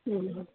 हा